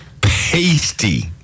pasty